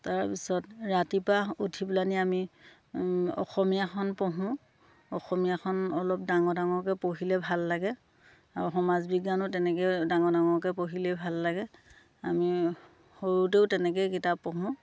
তাৰপিছত ৰাতিপুৱা উঠি পেলানি আমি অসমীয়াখন পঢ়োঁ অসমীয়াখন অলপ ডাঙৰ ডাঙৰকৈ পঢ়িলে ভাল লাগে আৰু সমাজ বিজ্ঞানো তেনেকৈ ডাঙৰ ডাঙৰকৈ পঢ়িলেই ভাল লাগে আমি সৰুতেও তেনেকৈয়ে কিতাপ পঢ়োঁ